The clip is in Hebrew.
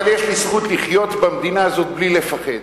אבל יש לי זכות לחיות במדינה הזאת בלי לפחד.